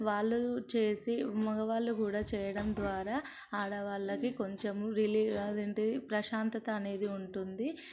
వాళ్లు చేసి మగవాళ్లు కూడా చేయడం ద్వారా ఆడవాళ్ళకి కొంచెము రిలీఫ్ అదేంటి ప్రశాంతత అనేది ఉంటుంది